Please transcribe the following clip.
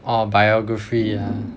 orh biography lah